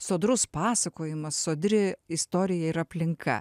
sodrus pasakojimas sodri istorija ir aplinka